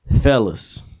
Fellas